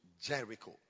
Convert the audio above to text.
Jericho